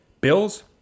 Bills